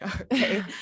Okay